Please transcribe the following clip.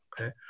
okay